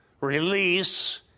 release